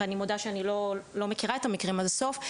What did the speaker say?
ואני מודה שאני לא מכירה את המקרים עד הסוף,